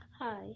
Hi